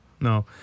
No